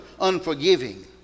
unforgiving